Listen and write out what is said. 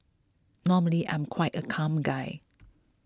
normally I'm quite a calm guy